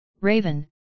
Raven